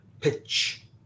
pitch